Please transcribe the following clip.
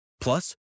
Plus